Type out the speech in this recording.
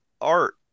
art